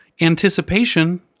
anticipation